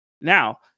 Now